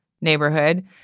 neighborhood